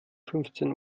fünfzehn